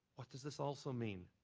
what does this also mean?